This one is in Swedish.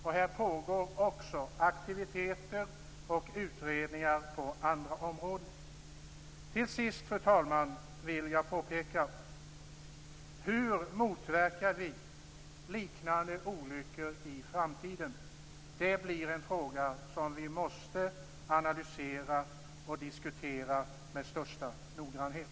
Det pågår också aktiviteter och utredningar på andra områden. Till sist, fru talman, vill jag påpeka att det är viktigt att vi tar reda på hur vi motverkar liknande olyckor i framtiden. Det blir en fråga som vi måste analysera och diskutera med största noggrannhet.